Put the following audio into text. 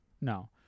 No